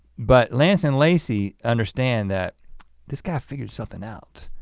but lance and lacey understand that this guy figured something out.